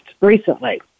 recently